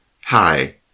Hi